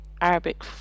Arabic